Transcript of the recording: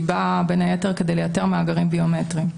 היא באה בין היתר כדי לייתר מאגרים ביומטריים.